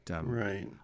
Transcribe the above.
Right